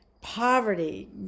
poverty